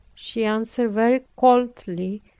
she answered very coldly,